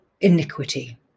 iniquity